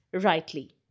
rightly